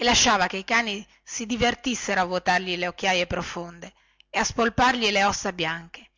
e lasciava che i cani si divertissero a vuotargli le occhiaie profonde e a spolpargli le ossa bianche